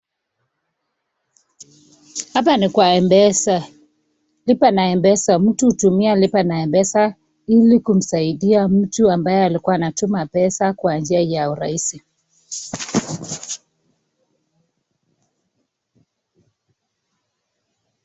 Hapa ni kwa M-Pesa. Lipa na M-Pesa. Mtu hutumia Lipa na M-Pesa ili kumsaidia mtu ambaye alikuwa anatuma pesa kwa njia ya urahisi.